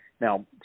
Now